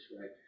right